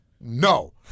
No